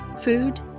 food